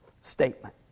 statement